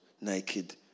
naked